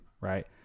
Right